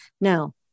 Now